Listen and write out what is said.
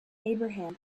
abraham